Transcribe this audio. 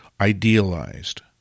idealized